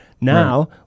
Now